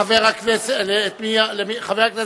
חבר הכנסת מג'אדלה,